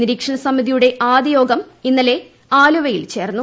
നിരീക്ഷണ സമിതിയുടെ ആദ്യ യോഗം ഇന്നലെ ആലുവയിൽ ചേർന്നു